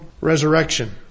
resurrection